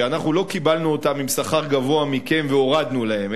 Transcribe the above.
שאנחנו לא קיבלנו אותם עם שכר גבוה מכם והורדנו להם,